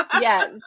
Yes